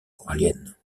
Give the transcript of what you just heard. coralliennes